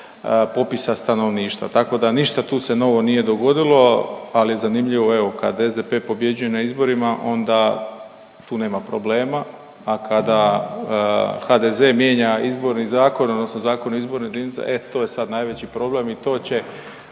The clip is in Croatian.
popisa stanovništva, tako da ništa tu se novo nije dogodilo, ali je zanimljivo evo kad SDP pobjeđuje na izborima onda tu nema problema, a kada HDZ mijenja Izborni zakon odnosno Zakon o izbornim jedinicama, e to je sad najveći problem i to će,